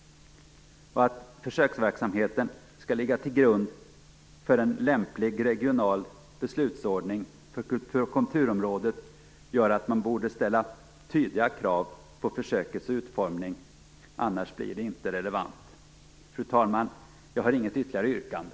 Att försöksverksamheten skall ligga till grund för en lämplig regional beslutsordning för kulturområdet gör att man borde ställa tydliga krav på försökets utformning, annars blir det inte relevant. Fru talman! Jag har inget ytterligare yrkande.